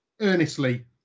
earnestly